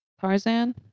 Tarzan